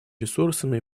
ресурсами